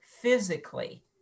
physically